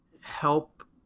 help